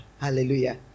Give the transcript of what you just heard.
Hallelujah